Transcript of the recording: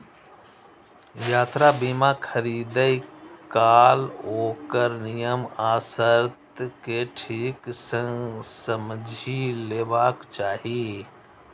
यात्रा बीमा खरीदै काल ओकर नियम आ शर्त कें ठीक सं समझि लेबाक चाही